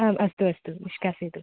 आम् अस्तु अस्तु निष्कासयतु